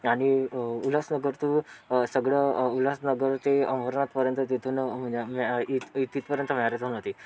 आणि अ उल्हासनगर चे सगळं उल्हासनगर ते अंबरनाथ पर्यंत तिथून तिथपर्यंत मॅरॅथॉन होती